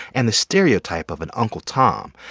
and the stereotype of an uncle tom.